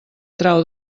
trau